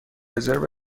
رزرو